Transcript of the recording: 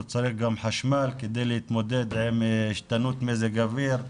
הוא צריך גם חשמל כדי להתמודד עם השתנות מזג האוויר,